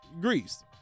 Greece